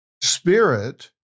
spirit